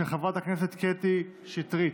של חברת הכנסת קטי שטרית.